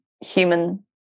human